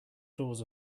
doors